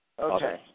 Okay